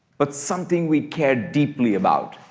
but something we care deeply about.